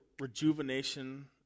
rejuvenation